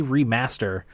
Remaster